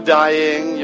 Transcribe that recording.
dying